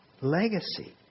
legacy